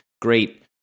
great